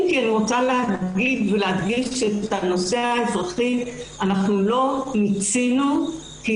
אם כי אני רוצה להדגיש שאת הנושא האזרחי לא מיצינו כי